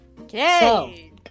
Okay